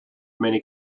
many